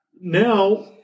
now